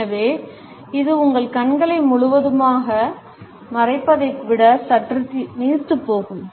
எனவே இது உங்கள் கண்களை முழுவதுமாக மறைப்பதை விட சற்று நீர்த்துப்போகும்